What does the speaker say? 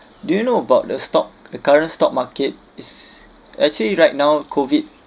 do you know about the stock the current stock market is actually right now COVID